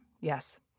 Yes